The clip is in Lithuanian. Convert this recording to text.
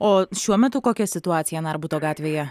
o šiuo metu kokia situacija narbuto gatvėje